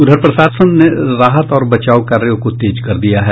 उधर प्रशासन ने राहत और बचाव कार्यों को तेज कर दिया है